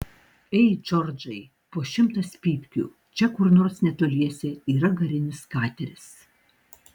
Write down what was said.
ei džordžai po šimtas pypkių čia kur nors netoliese yra garinis kateris